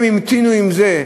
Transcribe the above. הם המתינו עם זה,